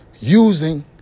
using